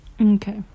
Okay